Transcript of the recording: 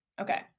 Okay